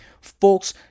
Folks